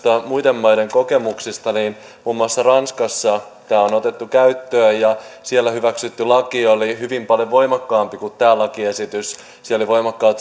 muiden maiden kokemuksista muun muassa ranskassa tämä on otettu käyttöön siellä hyväksytty laki oli hyvin paljon voimakkaampi kuin tämä lakiesitys siellä oli voimakkaat